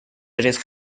tres